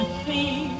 see